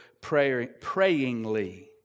prayingly